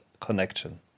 connection